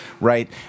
right